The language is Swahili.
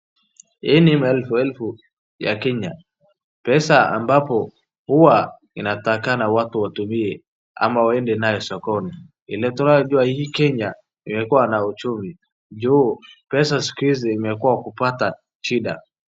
Hii ni maefuelfu ya Kenya, pesa ambapo huwa inatakikana watu watumie ama waende nayo sokoni, vile tunayojua hii Kenya imekuwa na uchumi juu pesa siku hizi imekuwa kupata shida.